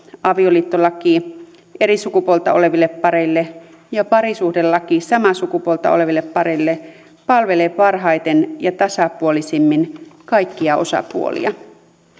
avioliittolaki eri sukupuolta oleville pareille ja parisuhdelaki samaa sukupuolta oleville pareille palvelee parhaiten ja tasapuolisimmin kaikkia osapuolia